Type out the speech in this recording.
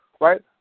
right